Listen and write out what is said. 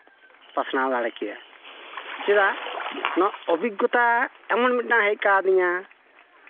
ᱯᱟᱥᱱᱟᱣ ᱫᱟᱲᱮ ᱠᱮᱭᱟ ᱪᱮᱫᱟᱜ ᱱᱚᱣᱟ ᱚᱵᱷᱤᱜᱽᱜᱚᱛᱟ ᱮᱢᱚᱱ ᱢᱤᱫᱴᱟᱱ ᱦᱮᱡ ᱠᱟᱣᱫᱤᱧᱟ